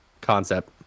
concept